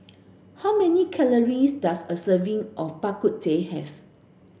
how many calories does a serving of Bak Kut Teh have